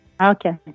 Okay